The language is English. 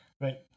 right